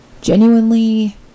genuinely